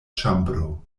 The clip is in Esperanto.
ĉambro